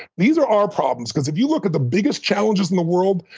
these are our problems because if you look at the biggest challenges in the world,